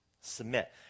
Submit